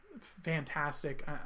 fantastic